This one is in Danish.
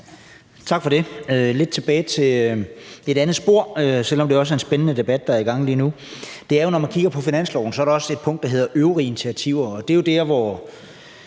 Tak for det. Jeg vil lidt tilbage til et andet spor, selv om det også er en spændende debat, der er i gang lige nu. Når man kigger på finansloven, er der et punkt, der hedder øvrige initiativer, og det er jo der, hvor